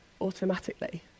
automatically